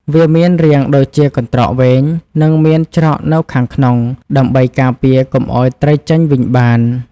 វាមានរាងដូចជាកន្ត្រកវែង និងមានច្រកនៅខាងក្នុង ដើម្បីការពារកុំឲ្យត្រីចេញវិញបាន។